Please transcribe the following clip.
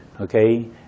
okay